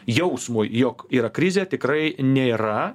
jausmui jog yra krizė tikrai nėra